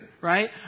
right